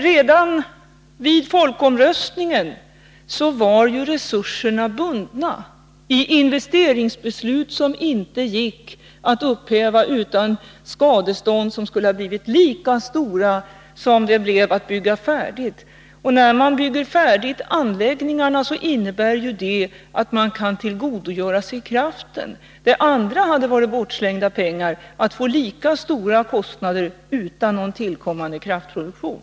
Redan vid folkomröstningen var ju resurserna bundna i investeringsbeslut som inte gick att upphäva utan att det rests krav på skadestånd, som skulle ha blivit lika stora som kostnaderna för att bygga färdigt. När man bygger färdigt anläggningarna innebär detta att man kan tillgodogöra sig kraften. Det andra alternativet hade inneburit bortslängda pengar, dvs. lika stora kostnader, men ingen tillkommande kraftproduktion.